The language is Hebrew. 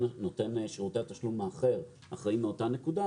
שירותי התשלום האחר אחראי מאותה נקודה,